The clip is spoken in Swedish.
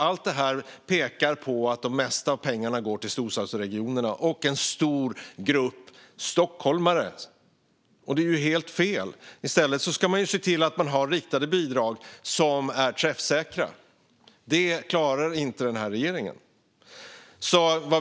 Allt detta pekar på att det mesta av pengarna går till storstadsregionerna och en stor grupp stockholmare. Det är helt fel. I stället ska man se till att man har riktade bidrag som är träffsäkra. Det klarar inte den här regeringen.